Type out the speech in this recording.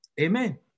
Amen